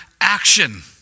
action